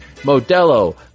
Modelo